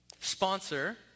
sponsor